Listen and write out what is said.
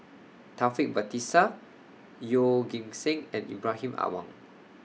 Taufik Batisah Yeoh Ghim Seng and Ibrahim Awang